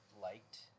liked